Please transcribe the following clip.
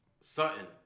Sutton